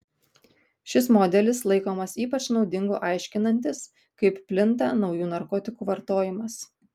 šis modelis laikomas ypač naudingu aiškinantis kaip plinta naujų narkotikų vartojimas